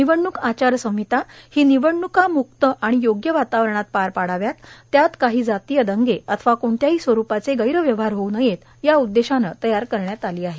निवडणूक आचारसंहिता ही निवडणूका मुक्त आणि योग्य वातावरणात पार पडाव्यात त्यात काही जातीय दंगे अथवा कोणत्याही स्वरुपाचे गैरव्यवहार होऊ नयेत या उद्देशाने तयार करण्यात आली आहे